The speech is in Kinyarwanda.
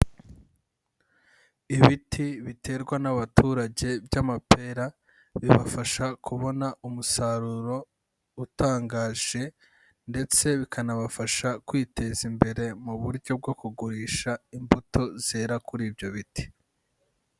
Ibiti biterwa n'abaturage by'amapera bibafasha kubona umusaruro utangaje ndetse bikanabafasha kwiteza imbere mu buryo bwo kugurisha imbuto zera kuri ibyo biti.